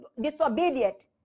disobedient